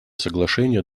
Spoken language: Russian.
соглашение